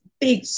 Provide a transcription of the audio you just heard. big